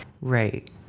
right